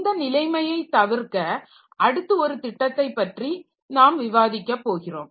அந்த நிலைமையை தவிர்க்க அடுத்து ஒரு திட்டத்தைப் பற்றி நாம் விவாதிக்கப் போகிறோம்